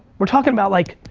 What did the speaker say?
we're talkin' about like,